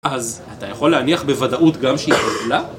אז אתה יכול להניח בוודאות גם שהיא חתולה?